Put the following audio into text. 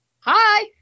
Hi